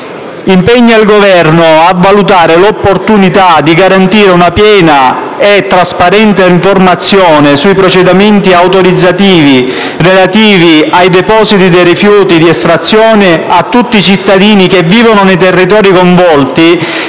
impegna il Governo: a valutare l'opportunità di garantire una piena e trasparente informazione sui procedimenti autorizzatori relativi ai depositi dei rifiuti di estrazione a tutti i cittadini che vivono nei territori coinvolti